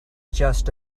just